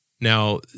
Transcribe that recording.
Now